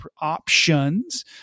options